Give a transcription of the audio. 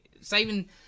Saving